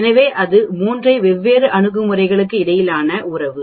எனவே அது3 வெவ்வேறு அணுகுமுறைகளுக்கு இடையிலான உறவு